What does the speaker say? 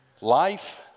life